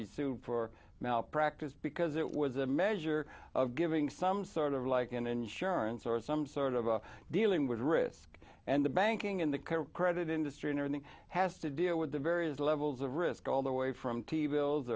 be sued for malpractise because it was a measure of giving some sort of like an insurance or some sort of a dealing with risk and the banking and the care credit industry and everything has to deal with the various levels of risk all the way from t v bills